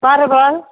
परवल